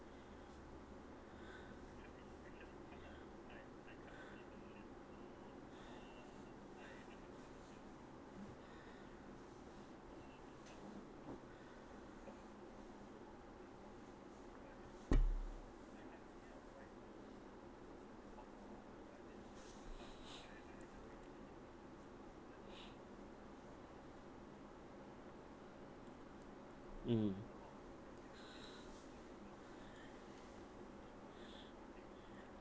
mm